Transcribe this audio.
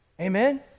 Amen